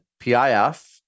PIF